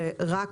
רק